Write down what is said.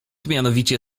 mianowicie